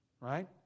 right